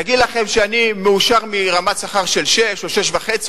להגיד לכם שאני מאושר מרמת שכר של 6,000 או 6,500,